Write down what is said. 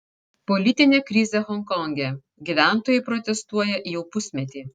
politinė krizė honkonge gyventojai protestuoja jau pusmetį